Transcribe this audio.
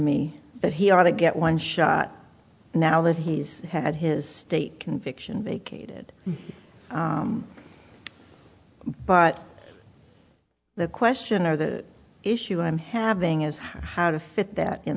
me that he ought to get one shot now that he's had his state conviction make it but the question of the issue i'm having is how to fit that in